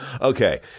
Okay